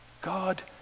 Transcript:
God